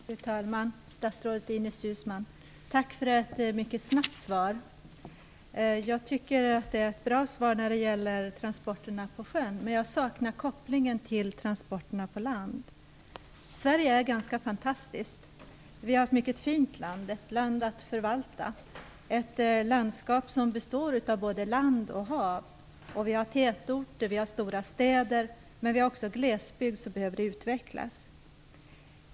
Fru talman! Tack, statsrådet Ines Uusmann, för ett mycket snabbt svar. Svaret är bra när det gäller transporter på sjön, men jag saknar kopplingen till transporter på land. Sverige är ganska fantastiskt. Vi har ett mycket fint land - ett land att förvalta och ett landskap som består av både land och hav. Vidare har vi tätorter och stora städer, men vi har också en glesbygd som behöver utvecklas.